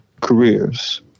careers